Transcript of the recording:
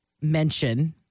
mention